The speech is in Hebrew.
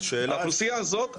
האוכלוסייה הזאת,